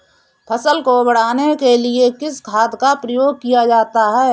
फसल को बढ़ाने के लिए किस खाद का प्रयोग किया जाता है?